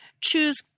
choose